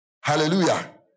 Hallelujah